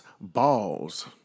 balls